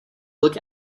look